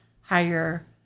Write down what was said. higher